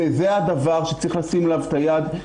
וזה הדבר שצריך לשים עליו את היד.